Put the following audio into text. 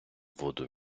воду